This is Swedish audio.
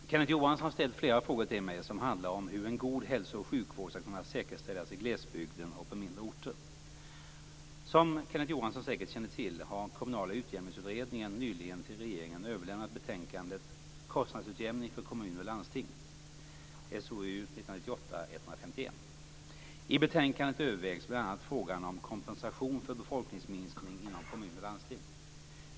Herr talman! Kenneth Johansson har ställt flera frågor till mig som handlar om hur en god hälso och sjukvård skall kunna säkerställas i glesbygden och på mindre orter. Som Kenneth Johansson säkert känner till har Kommunala utjämningsutredningen nyligen till regeringen överlämnat betänkandet Kostnadsutjämning för kommuner och landsting . I betänkandet övervägs bl.a. frågan om kompensation för befolkningsminskning inom kommuner och landsting.